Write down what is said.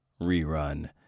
rerun